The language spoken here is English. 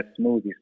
smoothies